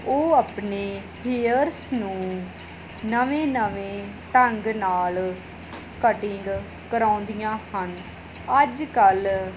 ਉਹ ਆਪਣੇ ਹੇਅਰਸ ਨੂੰ ਨਵੇਂ ਨਵੇਂ ਢੰਗ ਨਾਲ ਕਟਿੰਗ ਕਰਵਾਉਂਦੀਆਂ ਹਨ ਅੱਜ ਕੱਲ੍ਹ